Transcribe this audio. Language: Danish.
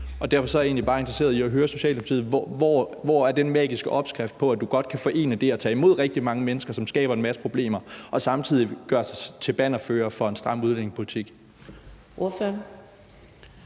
er jeg egentlig bare interesseret i at høre Socialdemokratiet: Hvor er den magiske opskrift på, at man godt kan forene det at tage imod rigtig mange, som skaber en masse problemer, med at gøre sig til bannerfører for en stram udlændingepolitik?